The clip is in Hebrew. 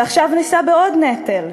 ועכשיו נישא בעוד נטל.